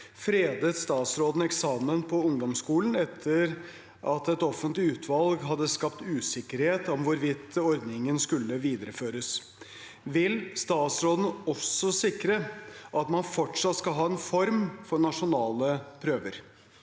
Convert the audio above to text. fredet statsråden eksamen på ungdomsskolen etter at et offentlig utvalg hadde skapt usikkerhet om hvorvidt ordningen skulle videreføres. Vil statsråden også sikre at man fortsatt skal ha en form for nasjonale prøver